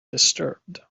disturbed